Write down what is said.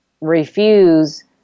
refuse